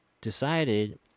decided